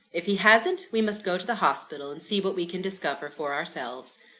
if he hasn't, we must go to the hospital, and see what we can discover for ourselves.